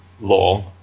long